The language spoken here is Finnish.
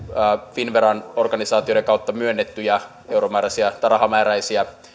finnveran organisaatioiden kautta myönnettyjä rahamääräisiä